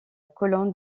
colonne